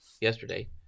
yesterday